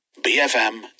BFM